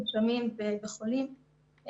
מונשמים וחולים.